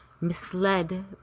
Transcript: Misled